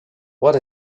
what